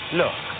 look